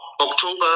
October